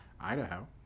Idaho